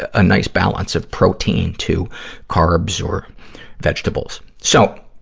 ah a nice balance of protein to carbs or vegetables. so,